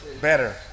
better